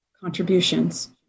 contributions